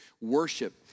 Worship